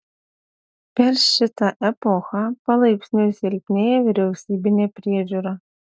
per šitą epochą palaipsniui silpnėja vyriausybinė priežiūra